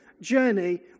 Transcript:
journey